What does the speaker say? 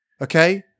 okay